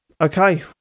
Okay